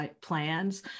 plans